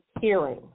hearing